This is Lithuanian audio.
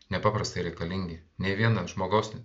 nepaprastai reikalingi nei vieno žmogaus